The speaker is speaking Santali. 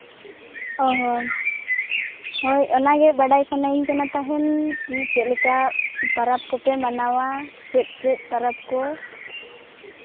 ᱚ ᱦᱚᱸ ᱦᱳᱭ ᱚᱱᱟ ᱜᱮ ᱵᱟᱰᱟᱭ ᱥᱟᱱᱟᱧ ᱠᱟᱱᱟ ᱛᱟᱦᱮᱱ ᱪᱮᱫ ᱞᱮᱠᱟ ᱯᱟᱨᱟᱵᱽ ᱠᱚᱯᱮ ᱢᱟᱱᱟᱣᱟ ᱪᱮᱫ ᱪᱮᱫ ᱯᱟᱨᱟᱵᱽ ᱠᱚ